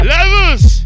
Levels